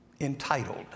entitled